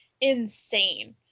insane